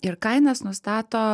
ir kainas nustato